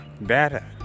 better